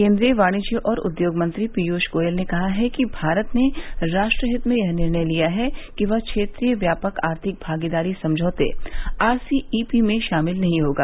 केंद्रीय वाणिज्य और उद्योग मंत्री पीयूष गोयल ने कहा कि भारत ने राष्ट्र हित में यह निर्णय लिया है कि वह क्षेत्रीय व्यापक आर्थिक भागीदारी समझौते आर सी ई पी में शामिल नहीं होगा